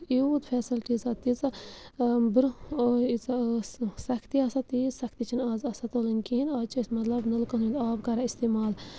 یوٗت فیسَلٹیٖز آ تیٖژاہ برٛونہہ ییٖژہ ٲس سَختی آسان تیٖژ سَختی چھِنہٕ آز آسان تُلٕنۍ کِہیٖنۍ آز چھِ أسۍ مطلب نَلکَن ہُندۍ آب کران اِستعمال